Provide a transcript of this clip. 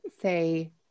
say